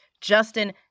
Justin